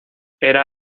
era